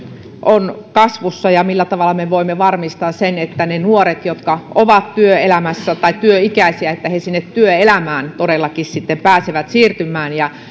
on kasvussa ja siitä millä tavalla me voimme varmistaa sen että ne nuoret jotka ovat työelämässä tai työikäisiä sinne työelämään todellakin sitten pääsevät siirtymään ja